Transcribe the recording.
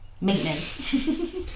maintenance